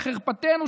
לחרפתנו,